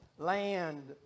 Land